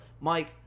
Mike